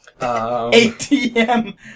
ATM